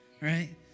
right